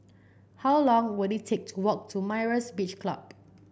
how long will it take to walk to Myra's Beach Club